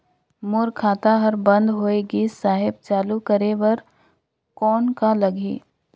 मोर खाता हर बंद होय गिस साहेब चालू करे बार कौन का लगही?